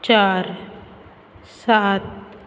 चार सात